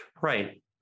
right